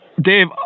Dave